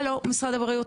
משרד הבריאות,